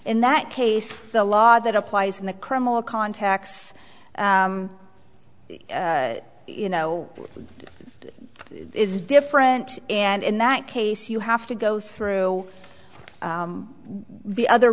in that case the law that applies in the criminal contacts you know it's different and in that case you have to go through the other